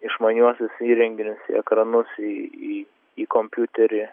išmaniuosius įrenginius į ekranus į į į kompiuterį